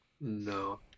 No